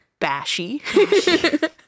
Bashy